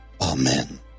Amen